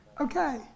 Okay